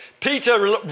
Peter